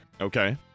Okay